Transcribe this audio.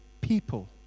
people